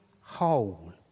whole